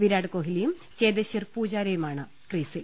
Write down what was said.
വിരാട് കോഹ്ലിയും ചേതേശ്വർ പൂജാരയുമാണ് ക്രീസിൽ